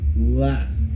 Last